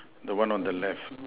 the one on the left